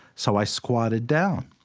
so i squatted down,